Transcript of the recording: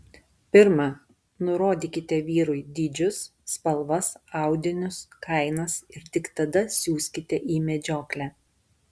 pirma nurodykite vyrui dydžius spalvas audinius kainas ir tik tada siųskite į medžioklę